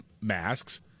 masks